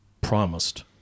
promised